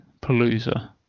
Palooza